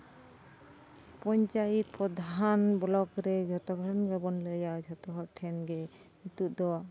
ᱯᱚᱧᱪᱟᱭᱮᱛ ᱯᱨᱚᱫᱷᱟᱱ ᱵᱞᱚᱠ ᱨᱮ ᱡᱷᱚᱛᱚ ᱦᱚᱲ ᱜᱮᱵᱚᱱ ᱞᱟᱹᱭᱟ ᱡᱷᱚᱛᱚ ᱦᱚᱲ ᱴᱷᱮᱱ ᱜᱮ ᱱᱤᱛᱳᱜ ᱫᱚ